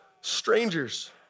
strangers